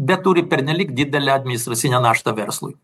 bet turi pernelyg didelę administracinę naštą verslui